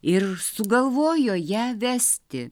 ir sugalvojo ją vesti